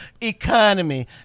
economy